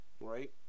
right